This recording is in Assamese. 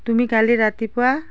তুমি কালি ৰাতিপুৱা